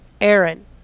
Aaron